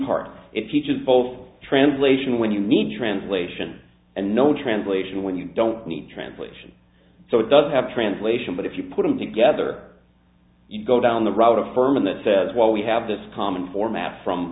part it teaches both translation when you need translation and no translation when you don't need translation so it doesn't have translation but if you put them together you go down the route affirming that says well we have this common format from